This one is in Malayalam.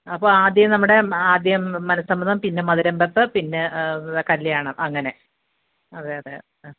അപ്പം ആദ്യം നമ്മുടെ ആദ്യം മനസ്സമ്മതം പിന്നെ മധുരം വെയ്പ്പ് പിന്നെ കല്യാണം അങ്ങനെ അതെ അതെ